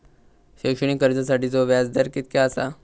शैक्षणिक कर्जासाठीचो व्याज दर कितक्या आसा?